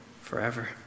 forever